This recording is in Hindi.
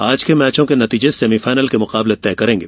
आज के मैचों के नतीजे सेमीफायनल के मुकाबले तय करेंगे